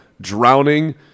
drowning